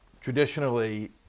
traditionally